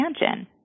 expansion